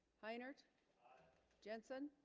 hi nerd jensen